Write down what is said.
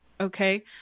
Okay